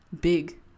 big